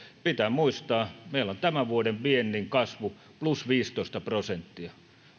pitää muistaa että meillä on tämän vuoden viennin kasvu plus viisitoista prosenttia